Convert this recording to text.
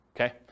Okay